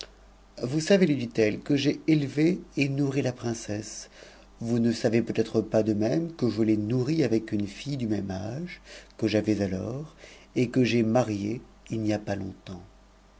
vous savez lui dit-elle que j'ai élevé et nourri la prin'esse vous ne savez peut-être pas de même que je l'ai nourrie avec une fille du même âge que j'avais alors et que j'ai mariée il n'y a